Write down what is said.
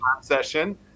session